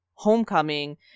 Homecoming